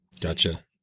Gotcha